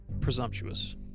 presumptuous